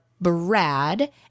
Brad